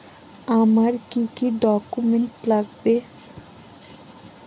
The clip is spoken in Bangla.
আমার কি কি ডকুমেন্ট লাগবে?